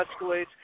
escalates